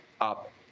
up